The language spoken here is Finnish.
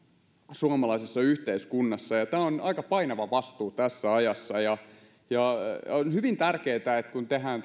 suomalaisessa yhteiskunnassa ja tämä on aika painava vastuu tässä ajassa on hyvin tärkeää että kun tehdään